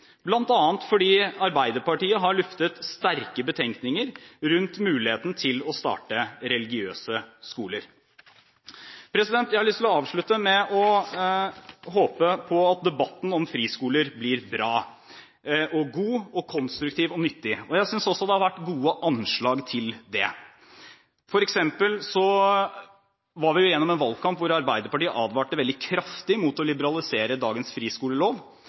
bl.a. fordi Arbeiderpartiet har luftet sterke betenkninger rundt muligheten til å starte religiøse skoler. Jeg har lyst til å avslutte med å håpe på at debatten om friskoler blir bra, god, konstruktiv og nyttig, og jeg synes også det har vært gode anslag til det. For eksempel var vi jo gjennom en valgkamp hvor Arbeiderpartiet advarte veldig kraftig mot å liberalisere dagens friskolelov,